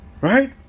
Right